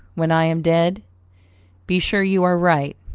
when i am dead be sure you are right,